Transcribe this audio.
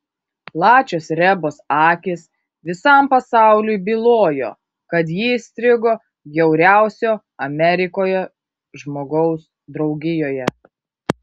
plačios rebos akys visam pasauliui bylojo kad ji įstrigo bjauriausio amerikoje žmogaus draugijoje